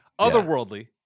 Otherworldly